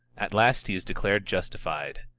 at last he is declared justified.